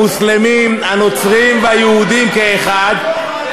המוסלמים, הנוצרים והיהודים כאחד,